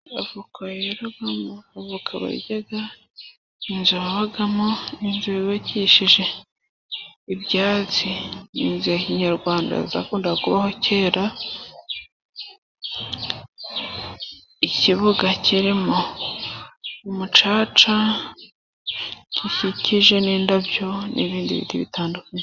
Avoka yeraramo avoka barya, inzu babamo n'inzu yubakishije ibyatsi, ni inzu ya kinyarwanda, zakundaga kubaho kera, ikibuga kirimo umucaca, gikikijwe n'indabyo n'ibindi biti, bitandukanye.